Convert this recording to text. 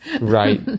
Right